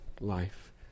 life